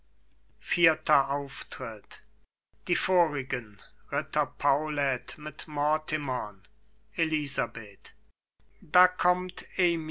mir dünkt die vorigen ritter paulet mit mortimern elisabeth da kommt